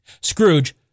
Scrooge